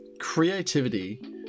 creativity